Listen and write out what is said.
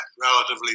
relatively